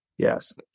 Yes